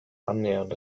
annähernd